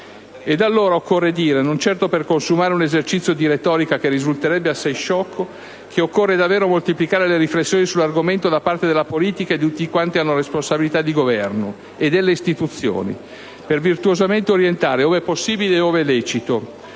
Ed allora occorre dire, non certo per consumare un esercizio di retorica che risulterebbe assai sciocco, che occorre davvero moltiplicare le riflessioni sull'argomento da parte della politica e di tutti quanti hanno responsabilità di governo e delle istituzioni, per virtuosamente orientare - ove possibile e ove lecito